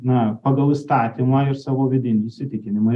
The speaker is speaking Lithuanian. na pagal įstatymą ir savo vidinį įsitikinimą